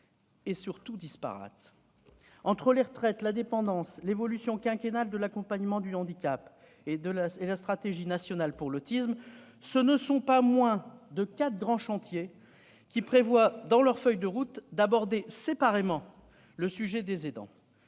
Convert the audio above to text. et, surtout, disparate. Entre les retraites, la dépendance, l'évolution quinquennale de l'accompagnement du handicap et la stratégie nationale pour l'autisme, ce sont pas moins de quatre grands chantiers dont la feuille de route prévoit un volet relatif aux aidants.